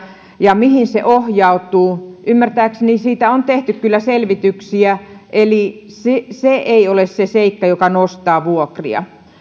ja siitä mihin se ohjautuu ymmärtääkseni siitä on tehty kyllä selvityksiä eli se ei ole se seikka joka nostaa vuokria